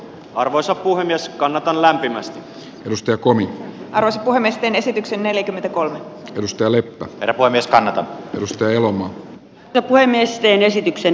arvoisa puhemies kannatan lämpimästi pystyä kolmio alas puhemiesten esityksen neljäkymmentäkolme ystävälle voi myöskään pysty elomo ja puhemiesten esityksen